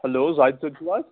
hello Zahid صٲب چُھو حظ